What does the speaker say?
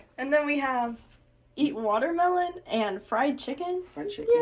and then we have eat watermelon and fried chicken friendship.